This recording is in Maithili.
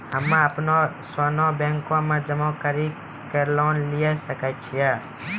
हम्मय अपनो सोना बैंक मे जमा कड़ी के लोन लिये सकय छियै?